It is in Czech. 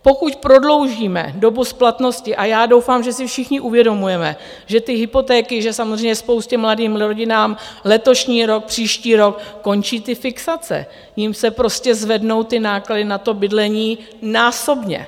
Pokud prodloužíme dobu splatnosti a já doufám, že si všichni uvědomujeme, že ty hypotéky, samozřejmě spoustě mladých rodin letošní rok, příští rok končí ty fixace, jim se prostě zvednou náklady na bydlení násobně.